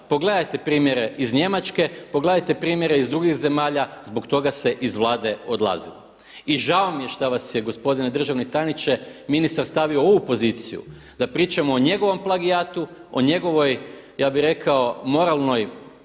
Pogledajte primjere iz Njemačke, pogledajte primjere iz drugih zemalja, zbog toga se iz Vlade odlazi. I žao mi je što vas je gospodine državni tajniče ministar stavio u ovu poziciju da pričamo o njegovom plagijatu, o njegovoj ja bih rekao moralnoj